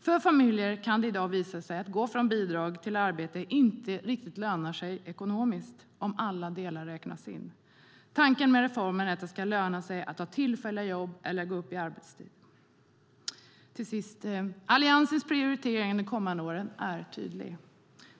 För en del familjer kan det visa sig att det inte lönar sig ekonomiskt att gå från bidrag till arbete om alla delar räknas in. Tanken med reformen är att det ska löna sig att ta tillfälliga jobb eller gå upp i arbetstid. Alliansens prioritering de kommande åren är tydlig.